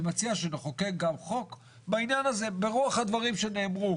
אני מציע שנחוקק גם חוק בעניין הזה ברוח הדברים שנאמרו,